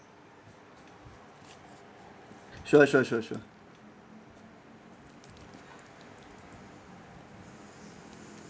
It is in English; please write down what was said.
sure sure sure sure